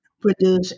produce